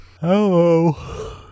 Hello